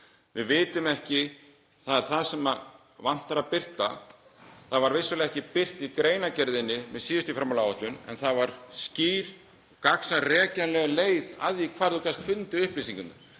Við vitum það ekki. Það er það sem vantar að birta. Það var vissulega ekki birt í greinargerðinni með síðustu fjármálaáætlun en það var skýr, gagnsæ, rekjanleg leið að því hvar þú gast fundið upplýsingarnar,